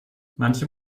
manche